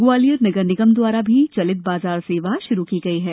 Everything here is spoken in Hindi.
ग्वालियर नगर निगम द्वारा भी चलित बाजार सेवा प्रारंभ की गई है